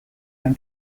can